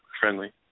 friendly